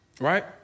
Right